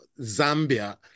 Zambia